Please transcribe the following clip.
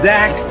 Zach